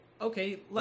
Okay